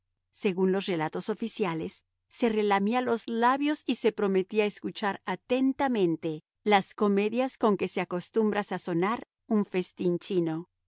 según los relatos oficiales se relamía los labios y se prometía escuchar atentamente las comedias con que se acostumbra sazonar un festín chino